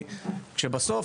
כשבסוף,